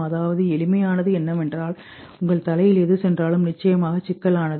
அதாவது எளிமையானது என்னவென்றால் உங்கள் தலையில் எது சென்றாலும் நிச்சயமாக சிக்கலானது